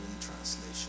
Translation